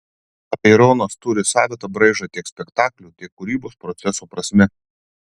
apeironas turi savitą braižą tiek spektaklių tiek kūrybos proceso prasme